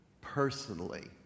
personally